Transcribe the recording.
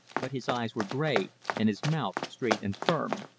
but his eyes were grey, and his mouth straight and firm.